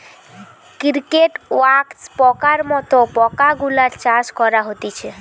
cricket, wax পোকার মত পোকা গুলার চাষ করা হতিছে